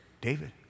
David